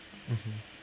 mmhmm